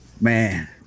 Man